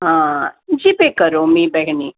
हा जिपे करोमि बेहिनी